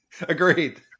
Agreed